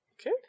Okay